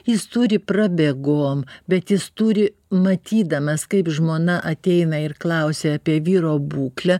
jis turi prabėgom bet jis turi matydamas kaip žmona ateina ir klausia apie vyro būklę